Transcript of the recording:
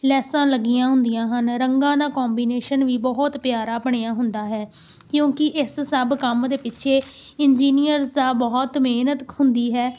ਲੈਸਾਂ ਲੱਗੀਆਂ ਹੁੰਦੀਆਂ ਹਨ ਰੰਗਾਂ ਦਾ ਕੋਂਬੀਨੇਸ਼ਨ ਵੀ ਬਹੁਤ ਪਿਆਰਾ ਬਣਿਆ ਹੁੰਦਾ ਹੈ ਕਿਉਂਕਿ ਇਸ ਸਭ ਕੰਮ ਦੇ ਪਿੱਛੇ ਇੰਜੀਨੀਅਰ ਦਾ ਬਹੁਤ ਮਿਹਨਤ ਹੁੰਦੀ ਹੈ